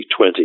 20